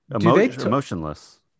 emotionless